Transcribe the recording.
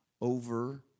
over